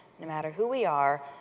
no matter who we are,